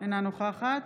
אינה נוכחת